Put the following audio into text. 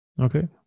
okay